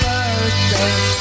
Birthday